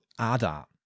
ADA